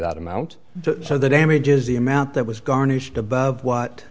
that amount so the damages the amount that was garnished above what